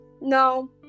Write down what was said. no